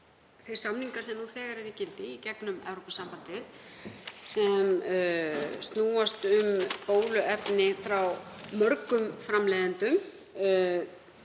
þeir samningar sem nú þegar eru í gildi í gegnum Evrópusambandið, sem snúast um bóluefni frá mörgum framleiðendum,